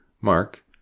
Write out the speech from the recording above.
Mark